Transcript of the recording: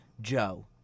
Joe